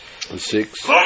Six